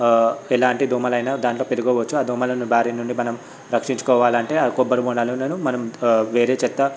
ఎలాంటి దోమలైన దాంట్లో పెరగవచ్చు ఆ దోమలను భారీ నుండి మనం రక్షించుకోవాలంటే ఆ కొబ్బరి బోండాలను మనం వేరే చెత్త